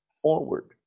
forward